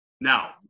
now